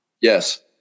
Yes